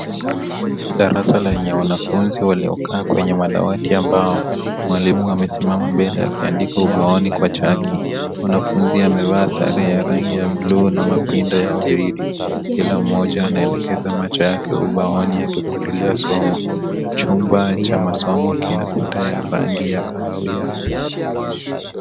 Darasa lenye wanafunzi waliokaa kwenye madawati ya mbao mwalimu amesimama mbele akiandika ubaoni kwa chaki, mwanafunzi amevaa sare ya rangi ya bluu na mapinda ya wawili kilammoja anaelekeza macho yake ubaoni akifuatilia somo, chumba cha masomo kina kuta rangi ya kahawia.